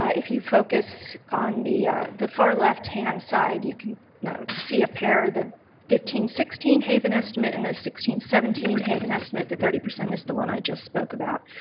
if you focus on the the far left-hand side you can see a pair, the fifteen sixteen haven estimate and the sixteen seventeen haven estimate, the thirty percent is the one i just spoke about,